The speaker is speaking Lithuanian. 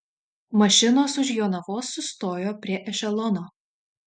mašinos už jonavos sustojo prie ešelono